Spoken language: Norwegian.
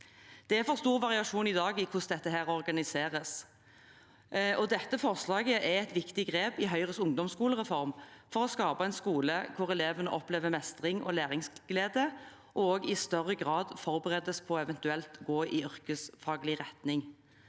2024 karriereveiledningen i skolen organiseres. Dette forslaget er et viktig grep i Høyres ungdomsskolereform for å skape en skole hvor elevene opplever mestring og læringsglede og i større grad forberedes på eventuelt å gå i yrkesfaglig retning.